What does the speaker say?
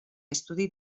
estudi